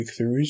breakthroughs